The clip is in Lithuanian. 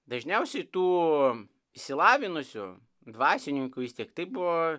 dažniausiai tu išsilavinusių dvasininkų įsteigtai buvo